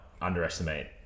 underestimate